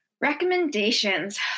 Recommendations